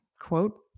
quote